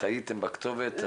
טעיתם בכתובת,